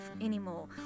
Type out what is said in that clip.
anymore